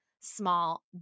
small